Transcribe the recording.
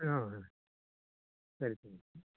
ಹಾಂ ಸರಿ ಸರಿ